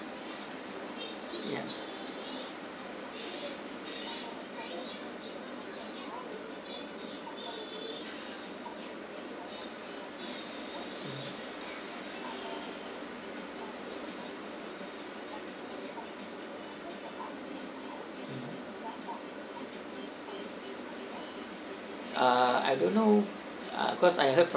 ya ah I don't know cause I heard from